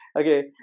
Okay